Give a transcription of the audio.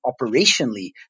operationally